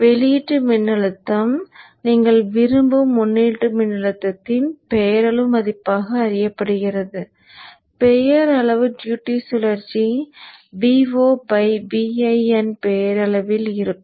வெளியீட்டு மின்னழுத்தம் நீங்கள் விரும்பும் உள்ளீடு மின்னழுத்தத்தின் பெயரளவு மதிப்பாக அறியப்படுகிறது பெயரளவு டியூட்டி சுழற்சி Vo Vin பெயரளவில் இருக்கும்